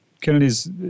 Kennedy's